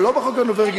או לא בחוק הנורבגי,